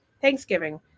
thanksgiving